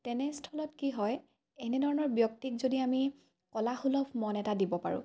তেনেস্থলত কি হয় এনেধৰণৰ ব্যক্তিক যদি আমি কলাসুলভ মন এটা দিব পাৰোঁ